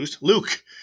Luke